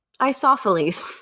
isosceles